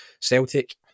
Celtic